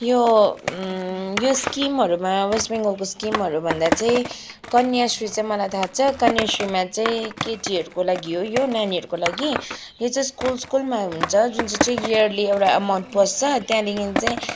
यो यो स्किमहरूमा वेस्ट बङ्गलको स्किमहरू भन्दा चाहिँ कन्याश्री चाहिँ मलाई थाहा छ कन्याश्रीमा चाहिँ केटीहरूको लागि हो यो नानीहरूको लागि यो चाहिँ स्कुल स्कुलमा हुन्छ जुन चाहिँ इयरली एउटा एमाउन्ट पस्छ त्यहाँदेखिन् चाहिँ